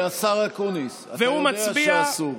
השר אקוניס, אתה יודע שאסור.